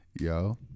yo